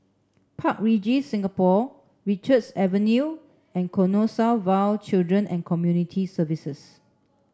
Park Regis Singapore Richards Avenue and Canossaville Children and Community Services